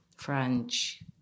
French